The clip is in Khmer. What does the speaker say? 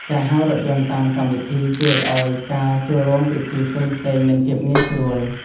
ការហៅរថយន្តតាមកម្មវិធី ជួយឱ្យការចូលរួមពិធីផ្សេងៗមានភាពងាយស្រួល។